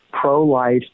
pro-life